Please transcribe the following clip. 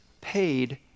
paid